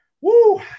Woo